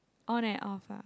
on and off ah